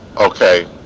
Okay